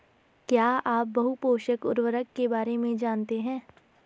क्या आप बहुपोषक उर्वरक के बारे में जानते हैं?